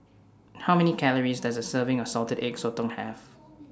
How Many Calories Does A Serving of Salted Egg Sotong Have